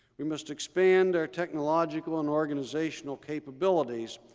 we must expand our technological and organizational capabilities,